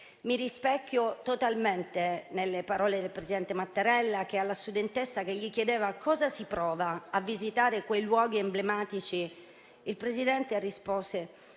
Mi rispecchio totalmente nelle parole del presidente Mattarella che, alla studentessa che gli chiedeva cosa si prova a visitare quei luoghi emblematici, ha risposto